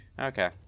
Okay